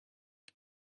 him